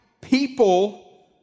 people